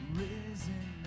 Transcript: risen